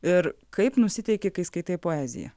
ir kaip nusiteiki kai skaitai poeziją